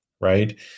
right